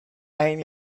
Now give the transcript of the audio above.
and